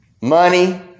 money